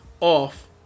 off